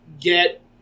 get